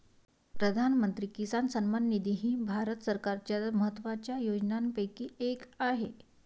प्रधानमंत्री किसान सन्मान निधी ही भारत सरकारच्या महत्वाच्या योजनांपैकी एक आहे